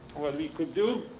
what we could do.